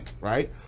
right